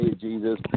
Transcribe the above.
Jesus